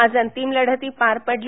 आज अंतिम लढती पार पडल्या